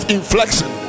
inflection